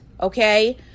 okay